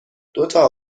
دوتا